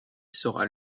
sera